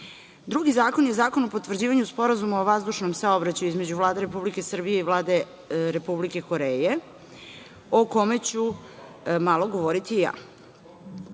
Drugi zakon je Zakon o potvrđivanju Sporazuma o vazdušnom saobraćaju između Vlade RS i Vlade Republike Koreje, o kome ću malo govoriti